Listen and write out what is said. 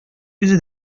үзе